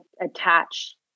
attach